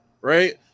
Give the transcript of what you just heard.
right